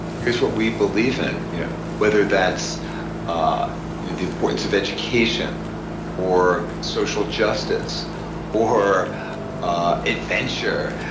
here's what we believe in you know whether that's ah you know the importance of education or social justice or ah adventure.